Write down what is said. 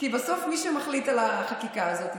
כי בסוף מי שמחליט על החקיקה הזאת,